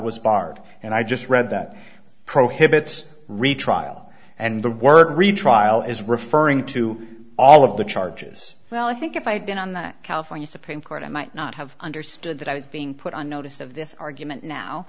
was barred and i just read that prohibits retrial and the word retrial is referring to all of the charges well i think if i had been on the california supreme court i might not have understood that i was being put on notice of this argument